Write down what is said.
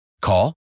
Call